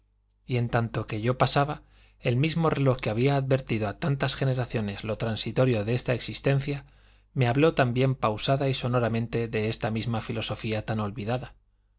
y en tanto que yo pasaba el mismo reloj que había advertido a tantas generaciones lo transitorio de esta existencia me habló también pausada y sonoramente de esta misma filosofía tan olvidada